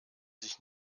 sich